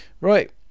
Right